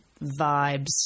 vibes